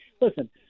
listen